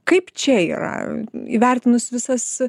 kaip čia yra įvertinus visas